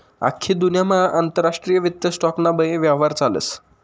आख्खी दुन्यामा आंतरराष्ट्रीय वित्त स्टॉक ना बये यव्हार चालस